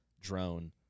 drone